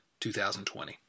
2020